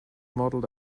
modeled